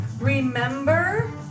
remember